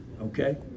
okay